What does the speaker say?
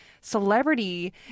celebrity